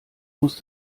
muss